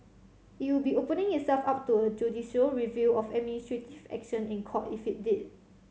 it would be opening itself up to a judicial review of administrative action in court if it did